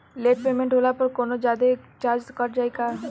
Late payment होला पर कौनोजादे चार्ज कट जायी का?